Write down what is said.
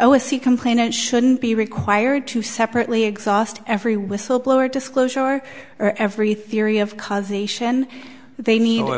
oh a c complainant shouldn't be required to separately exhaust every whistleblower disclosure or every theory of causation they need or